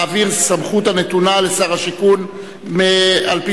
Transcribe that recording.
להעביר סמכות הנתונה לשר השיכון על-פי